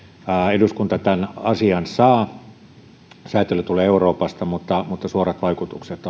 eduskunta tämän asian saa säätely tulee euroopasta mutta mutta suorat vaikutukset